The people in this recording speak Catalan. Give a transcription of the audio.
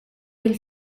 del